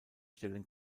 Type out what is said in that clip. stellen